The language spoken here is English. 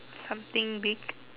something big